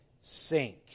sink